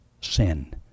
sin